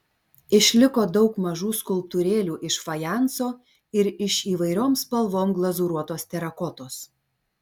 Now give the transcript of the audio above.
išliko daug mažų skulptūrėlių iš fajanso ir iš įvairiom spalvom glazūruotos terakotos